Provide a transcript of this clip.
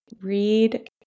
Read